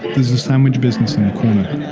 there's a sandwich business in the corner,